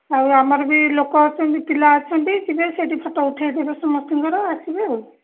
ଆଉ ଆମର ବି ଲୋକ ଅଛନ୍ତି ପିଲା ଅଛନ୍ତି ଯିବେ ସେଇଠି ଫଟୋ ଉଠାଇ ଦେବେ ସମସ୍ତଙ୍କର ଆସିବେ ଆଉ